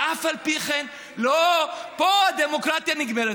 ואף על פי כן, לא, פה הדמוקרטיה נגמרת.